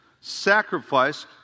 Sacrifice